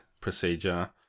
procedure